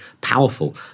powerful